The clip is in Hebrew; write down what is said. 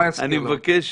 אני מבקש